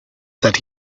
that